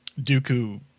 Dooku